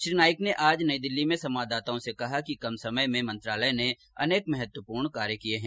श्री नाइक ने आज नई दिल्ली में संवाददाताओं से कहा कि कम समय में मंत्रालय ने अनेक महत्वपूर्ण कार्य किए हैं